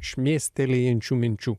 šmėstelėjančių minčių